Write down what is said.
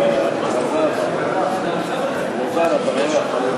בתעודה מזהה),